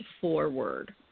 forward